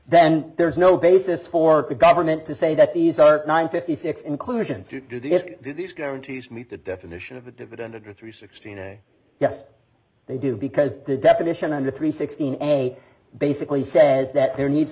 then there's no basis for the government to say that these are nine fifty six inclusions who did in these counties meet the definition of a dividend to three sixteen yes they do because the definition under three sixteen a basically says that there needs